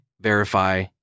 verify